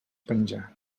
penjar